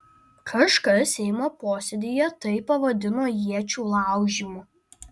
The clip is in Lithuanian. kažkas seimo posėdyje tai pavadino iečių laužymu